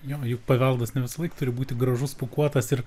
jo juk paveldas ne visąlaik turi būti gražus pūkuotas ir